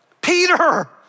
Peter